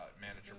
manager